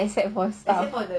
except for staff